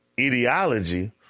ideology